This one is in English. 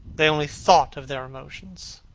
they only thought of their emotions.